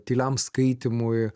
tyliam skaitymui